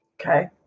Okay